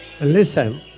Listen